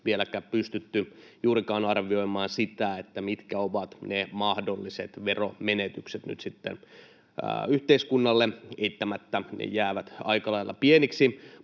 vieläkään pystytty juurikaan arvioimaan sitä, mitkä ovat mahdolliset veromenetykset nyt sitten yhteiskunnalle. Eittämättä ne jäävät aika lailla pieniksi,